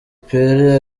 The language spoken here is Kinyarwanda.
pele